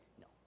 No